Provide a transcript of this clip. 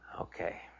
Okay